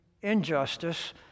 injustice